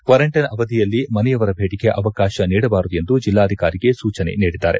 quarantine ಅವಧಿಯಲ್ಲಿ ಮನೆಯವರ ಭೇಟಿಗೆ ಅವಕಾಶ ನೀಡಬಾರದು ಎಂದು ಅಧಿಕಾರಿಗಳಿಗೆ ಸೂಚನೆ ನೀಡಿದ್ದಾರೆ